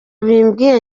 bimbwiye